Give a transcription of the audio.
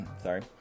Sorry